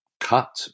cut